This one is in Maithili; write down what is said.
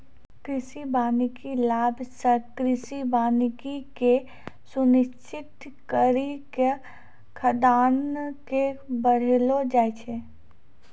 कृषि वानिकी लाभ से कृषि वानिकी के सुनिश्रित करी के खाद्यान्न के बड़ैलो जाय छै